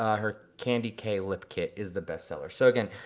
her candy k lip kit is the bestseller. so again,